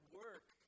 work